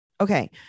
Okay